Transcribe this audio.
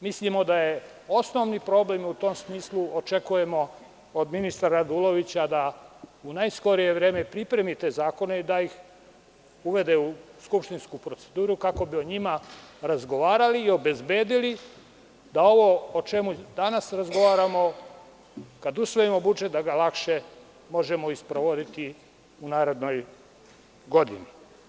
Mislimo da je osnovni problem, i u tom smislu očekujemo od ministra Radulovića da u najskorije vreme pripremi te zakone i da ih uvede u skupštinsku proceduru, kako bi o njima razgovarali i obezbedili, da ovo o čemu danas razgovaramo, kad usvojimo budžet, da ga lakše možemo i sprovoditi u narednoj godini.